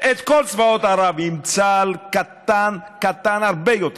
את כל צבאות ערב עם צה"ל קטן, קטן הרבה יותר.